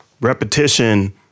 Repetition